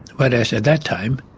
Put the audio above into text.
whereas at that time,